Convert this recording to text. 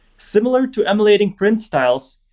similar to emulating print styles,